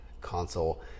console